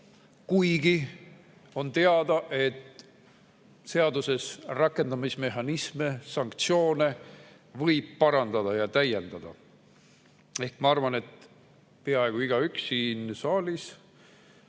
kuigi on teada, et seaduses võib rakendamismehhanisme, sanktsioone parandada ja täiendada. Ma arvan, et peaaegu igaüks siin saalis